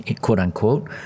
quote-unquote